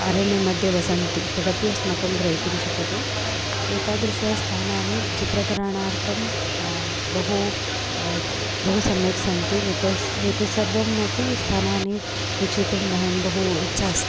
अरण्यं मध्ये वसन्ति तदपि अस्माकं ग्रहितुं शक्यते एतादृशस्थानानि चित्रकरणार्थं बहु बहु सम्यक् सन्ति एतस्य एतत् सर्वमपि स्थानानि विवक्षयितुं मह्यं बहु इच्छा अस्ति